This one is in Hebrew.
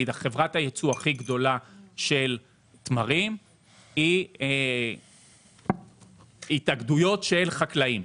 חברת הייצוא הכי גדולה של תמרים היא התאגדויות של חקלאים,